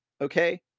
okay